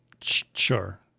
Sure